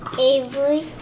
Avery